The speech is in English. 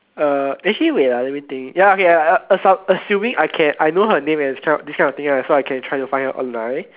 uh actually wait ah let me think ya okay assuming I know her name and everything so I can try to find her online